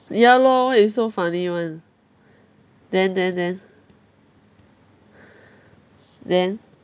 ya lor you so funny [one] then then then then